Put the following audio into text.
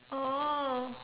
oh